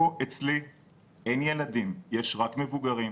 פה אצלי אין ילדים, יש רק מבוגרים,